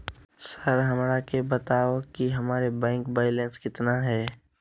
Sir हमरा के बताओ कि हमारे बैंक बैलेंस कितना है?